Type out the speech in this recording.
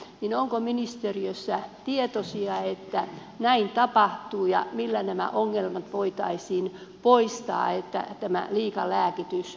ollaanko ministeriössä tietoisia että näin tapahtuu ja millä nämä ongelmat voitaisiin poistaa että tämä liika lääkitys lopetettaisiin